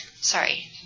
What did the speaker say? sorry